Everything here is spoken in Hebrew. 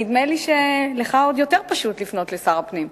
נדמה לי שלך עוד יותר פשוט לפנות לשר הפנים.